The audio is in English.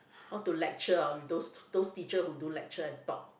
how to lecture on those those teacher who do lecture and talk